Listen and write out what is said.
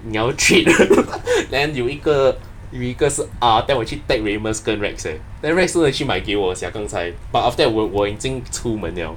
你要 treat then 有一个有一个是 R then 我去 tag reymus 跟 rags eh then rags 真的去买给我 sia 刚才 but after 我我已经出门 liao